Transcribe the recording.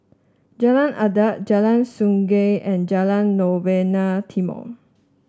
Jalan Adat Jalan Sungei and Jalan Novena Timor